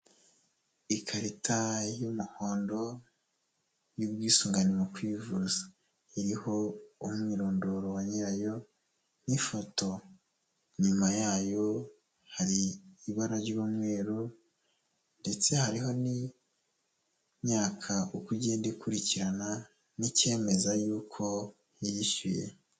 Nimba ufite telefone uzakore uko ushoboye umenye kuyikoresha wandika ibintu byinshi bitandukanye mu mabara atandukanye bizatuma uyibyaza umusaruro uhagije.